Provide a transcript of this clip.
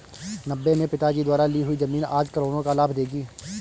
नब्बे में पिताजी द्वारा ली हुई जमीन आज करोड़ों का लाभ देगी